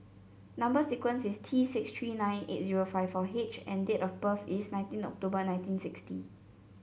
number sequence is T six three nine eight zero five four H and date of birth is nineteen October nineteen sixty